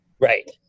Right